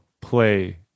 play